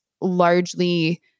largely